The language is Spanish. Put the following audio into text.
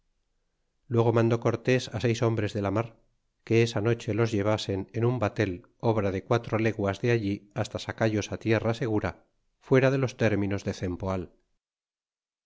luego mandó cortés á seis hombres de la mar que esa noche los llevasen en un batel obra de quatro leguas de allí hasta sacallos tierra segura fuera de los términos de cempoal y